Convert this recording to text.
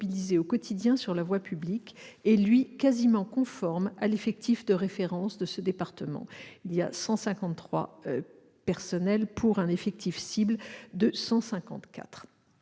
au quotidien sur la voie publique -est, lui, quasi conforme à l'effectif de référence de ce département. On dénombre 153 personnels, pour un effectif cible de 154.